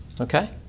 Okay